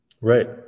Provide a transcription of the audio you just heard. Right